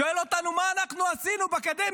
שואל אותנו מה אנחנו עשינו בקדנציה הקודמת.